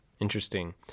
Interesting